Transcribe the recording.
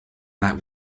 that